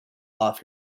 off